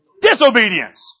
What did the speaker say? disobedience